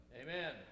Amen